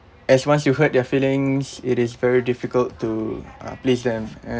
as once you hurt their feelings it is very difficult to uh please them and